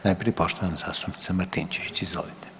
Najprije poštovana zastupnica Martinčević, izvolite.